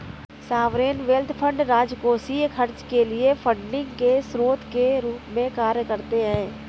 sovereign wealth fund राजकोषीय खर्च के लिए फंडिंग के स्रोत के रूप में कार्य करते हैं